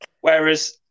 Whereas